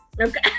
okay